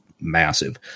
Massive